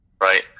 Right